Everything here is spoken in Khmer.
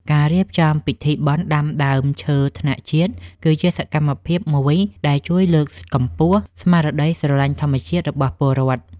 ការរៀបចំពិធីបុណ្យដាំដើមឈើថ្នាក់ជាតិគឺជាសកម្មភាពមួយដែលជួយលើកកម្ពស់ស្មារតីស្រឡាញ់ធម្មជាតិរបស់ពលរដ្ឋ។